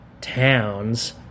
towns